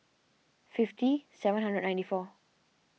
fifty seven hundred and ninety four